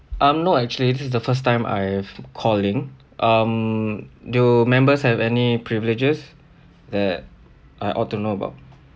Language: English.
um no actually this is the first time I've calling um do members have any privileges that I ought to know about